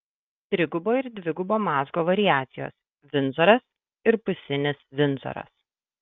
trigubo ir dvigubo mazgo variacijos vindzoras ir pusinis vindzoras